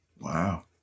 Wow